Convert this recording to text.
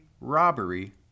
robbery